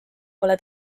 pole